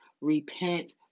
repent